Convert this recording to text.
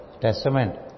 Testament